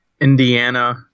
indiana